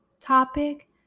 topic